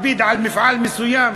מכביד על מפעל מסוים,